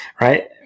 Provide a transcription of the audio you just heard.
right